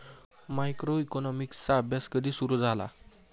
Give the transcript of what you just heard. मायक्रोइकॉनॉमिक्सचा अभ्यास कधी सुरु झाला?